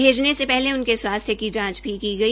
भेजने से पहले उनके स्वास्थ्य की जांच भी की गई